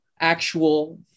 actual